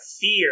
fear